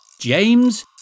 James